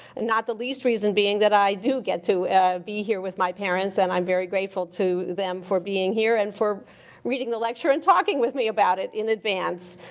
and not the least reason being, that i do get to be here with my parents. and i'm very grateful to them for being here, and for reading the lecture, and talking with me about it in advance.